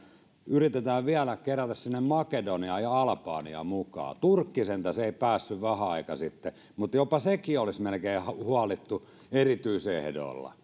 yritetään vielä kerätä sinne makedonia ja albania mukaan turkki sentään ei päässyt vähän aikaa sitten mutta jopa sekin melkein huolittiin erityisehdoilla